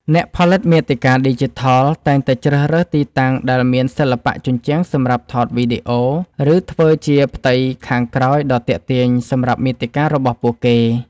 អ្នកផលិតមាតិកាឌីជីថល តែងតែជ្រើសរើសទីតាំងដែលមានសិល្បៈជញ្ជាំងសម្រាប់ថតវីដេអូ ឬធ្វើជាផ្ទៃខាងក្រោយដ៏ទាក់ទាញសម្រាប់មាតិការបស់ពួកគេ។